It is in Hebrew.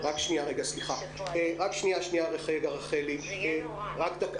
לאנשי החינוך שלנו שפועלים כל הזמן לאורך כל התקופה הזאת,